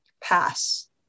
pass